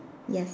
yes